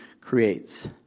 creates